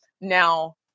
Now